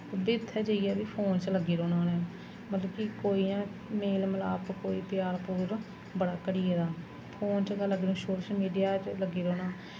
उब्बी उत्थें जाइयै बी फोन च लग्गे रौह्ना उनें मतलब कि कोई इ'यां मेल मलाप कोई प्यार प्यूर बड़ा घटी गेदा फोन च गै लग्गना सोशल मीडिया च लग्गी रौह्ना